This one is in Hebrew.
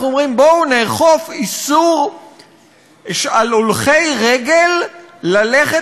אנחנו אומרים: בואו נאכוף איסור על הולכי רגל ללכת